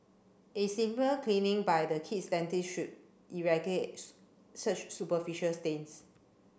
a simple cleaning by the kid's dentist should such superficial stains